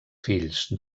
fills